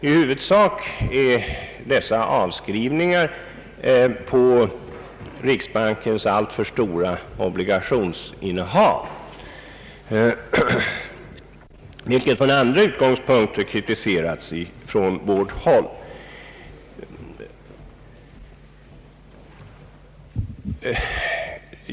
I huvudsak har dessa avskrivningar gjorts på riksbankens alltför stora obligationsinnehav, vilket från andra utgångspunkter kritiserats från vårt håll.